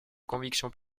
convictions